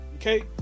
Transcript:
okay